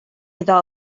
iddo